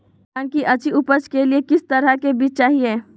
धान की अधिक उपज के लिए किस तरह बीज चाहिए?